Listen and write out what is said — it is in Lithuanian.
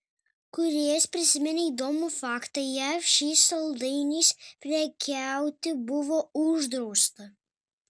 kūrėjas priminė įdomų faktą jav šiais saldainiais prekiauti buvo uždrausta